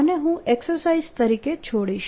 આને હું એક્સરસાઇઝ તરીકે છોડીશ